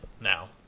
now